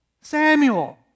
Samuel